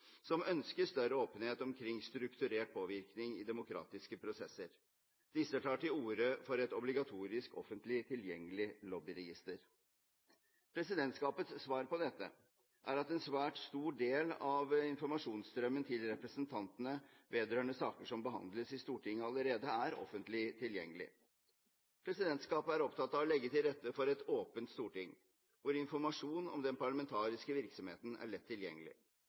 som ønsker større åpenhet omkring strukturert påvirkning i demokratiske prosesser. Disse tar til orde for et obligatorisk offentlig tilgjengelig lobbyregister. Presidentskapets svar på dette er at en svært stor del av informasjonsstrømmen til representantene vedrørende saker som behandles i Stortinget, allerede er offentlig tilgjengelig. Presidentskapet er opptatt av å legge til rette for et åpent storting, hvor informasjon om den parlamentariske virksomheten er lett tilgjengelig.